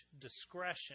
discretion